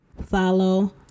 follow